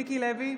מיקי לוי,